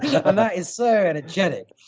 that and is so energetic.